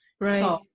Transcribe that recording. Right